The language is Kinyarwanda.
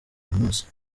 munsi